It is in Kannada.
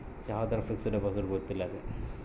ಕಂಪನಿದೊರ್ಗೆ ಅಂತ ಅವರಿಗ ಒಂದ್ ಫಿಕ್ಸ್ ದೆಪೊಸಿಟ್ ಬರತವ